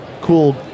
cool